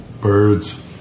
Birds